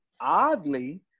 oddly